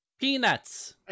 Peanuts